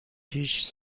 هیچ